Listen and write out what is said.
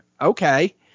Okay